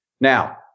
Now